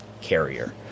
carrier